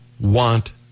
want